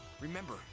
Remember